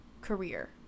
career